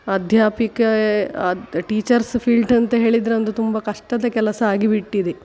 ಅಧ್ಯಾಪಿಕೆ ಅದ್ teachers field ಅಂತ ಹೇಳಿದರೆ ಒಂದು ತುಂಬ ಕಷ್ಟದ ಕೆಲಸ ಆಗಿಬಿಟ್ಟಿದೆ